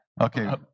Okay